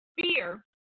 Fear